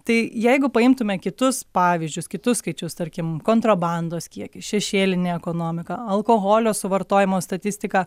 tai jeigu paimtume kitus pavyzdžius kitus skaičius tarkim kontrabandos kiekį šešėlinę ekonomiką alkoholio suvartojimo statistiką